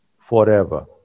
forever